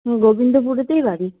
গোবিন্দপুরেই বাড়ি